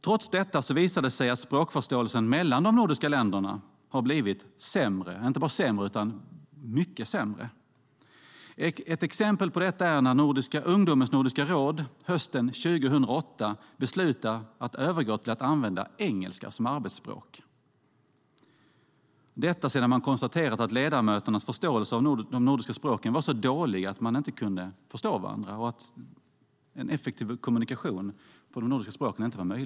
Trots detta visar det sig att språkförståelsen mellan de nordiska länderna blivit sämre, och inte bara sämre utan mycket sämre. Ett exempel på det är när Ungdomens Nordiska råd hösten 2008 beslutade att övergå till att använda engelska som arbetsspråk sedan man konstaterat att ledamöternas förståelse av de nordiska språken var så dålig att en effektiv kommunikation på de nordiska språken inte var möjlig.